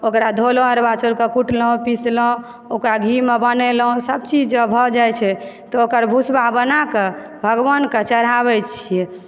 ओकरा धोलहुँ अरबा चाउरकऽ कुटलहुँ पिसलहुँ ओकरा घीमऽ बनेलहुँ सभ चीज जँ भऽ जाइ छै तऽ ओकर भुसवा बनाके भगवानकऽ चढ़ाबैत छियै